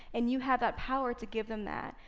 and you have that power to give them that.